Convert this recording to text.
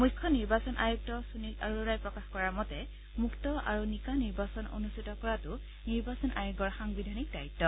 মুখ্য নিৰ্বাচন আয়ুক্ত সুনীল আৰোৰাই প্ৰকাশ কৰা মতে মুক্ত আৰু নিকা নিৰ্বাচন অনুষ্ঠিত কৰাটো নিৰ্বাচন আয়োগৰ সাংবিধানিক দায়িত্ব